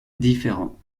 différent